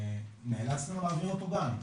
ונאלצנו להעביר אותו גן.